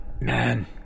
man